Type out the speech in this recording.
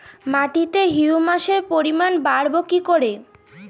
মাটিতে হিউমাসের পরিমাণ বারবো কি করে?